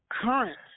current